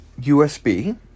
USB